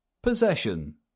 Possession